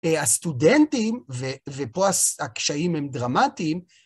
הסטודנטים, ופה הקשיים הם דרמטיים,